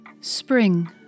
Spring